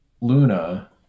luna